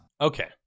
Okay